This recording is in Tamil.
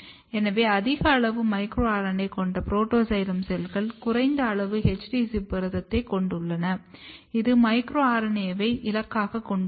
எனவே அதிக அளவு மைக்ரோ RNA கொண்ட புரோட்டாக்சைலம் செல்கள் குறைந்த அளவு HD ZIP புரதத்தைக் கொண்டுள்ளன இது மைக்ரோ RNAவை இலக்காகக் கொண்டுள்ளது